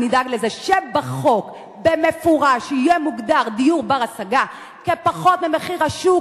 נדאג לזה שבחוק במפורש יהיה מוגדר דיור בר-השגה כפחות ממחיר השוק,